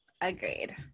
Agreed